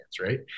right